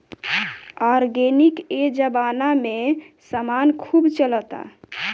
organic ए जबाना में समान खूब चलता